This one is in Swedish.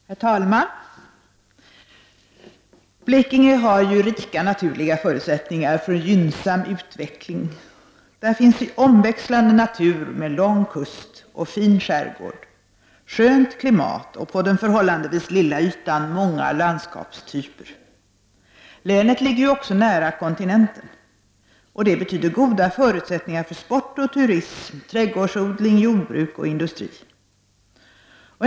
Herr talman! Blekinge har rika naturliga förutsättningar för en gynnsam utveckling genom sin omväxlande natur med lång kust och fin skärgård, skönt klimat och på den förhållandevis lilla ytan många landskapstyper. Länet ligger ju också nära kontinenten. Detta betyder att det finns goda förutsättningar för sport och turism, trädgårdsodling, jordbruk och industri.